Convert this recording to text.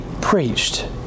preached